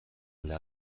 alde